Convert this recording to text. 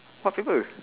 what people